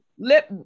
Let